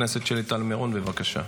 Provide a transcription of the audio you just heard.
חברת הכנסת שלי טל מירון, בבקשה.